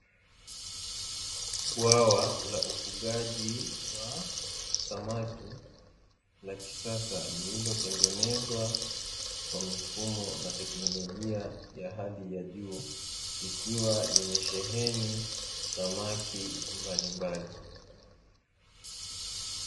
Bwawa la ufugaji wa samaki la kisasa lililotengenezwa kwa mifumo na teknolojia ya hali ya juu, likiwa limesheheni samaki mbalimbali.